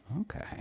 Okay